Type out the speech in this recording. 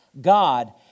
God